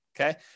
okay